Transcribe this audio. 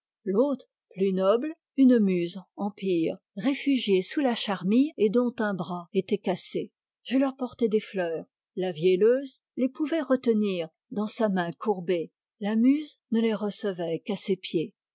l'autre plus noble une muse empire réfugiée sous la charmille et dont un bras était cassé je leur portais des fleurs la vielleuse les pouvait retenir dans sa main courbée la muse ne les recevait qu'à ses pieds